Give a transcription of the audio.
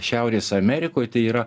šiaurės amerikoj tai yra